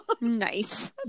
nice